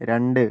രണ്ട്